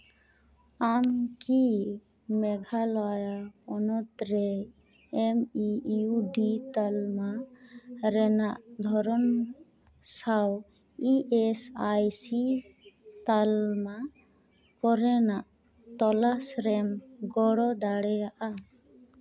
ᱟᱢ ᱠᱤ ᱢᱮᱜᱷᱟᱞᱚᱭᱚ ᱯᱚᱱᱚᱛ ᱨᱮ ᱮᱢ ᱤ ᱤᱭᱩ ᱰᱤ ᱛᱟᱞᱢᱟ ᱨᱮᱱᱟᱜ ᱫᱷᱚᱨᱚᱱ ᱥᱟᱶ ᱤ ᱮᱥ ᱟᱭ ᱥᱤ ᱛᱟᱞᱢᱟ ᱠᱚᱨᱮᱱᱟᱜ ᱛᱚᱞᱟᱥ ᱨᱮᱢ ᱜᱚᱲᱚ ᱫᱟᱲᱮᱭᱟᱜᱼᱟ